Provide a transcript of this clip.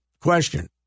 Question